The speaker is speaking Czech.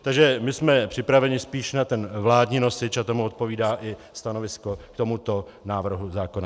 Takže my jsme připraveni spíš na ten vládní nosič a tomu odpovídá i stanovisko k tomuto návrhu zákona.